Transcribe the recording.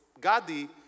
Gadi